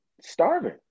starving